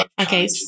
Okay